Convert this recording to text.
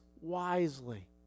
wisely